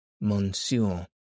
Monsieur